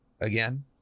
Again